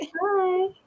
bye